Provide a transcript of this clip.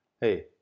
hey